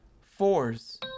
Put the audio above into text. Fours